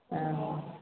अऽ